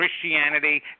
Christianity